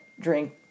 drink